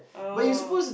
oh